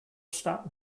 stop